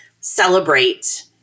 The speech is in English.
celebrate